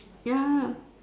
ya